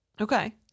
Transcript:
Okay